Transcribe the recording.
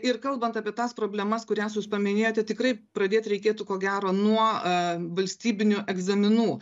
ir kalbant apie tas problemas kurias jūs paminėjote tikrai pradėt reikėtų ko gero nuo e valstybinių egzaminų